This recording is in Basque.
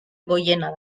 goiena